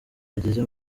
bageze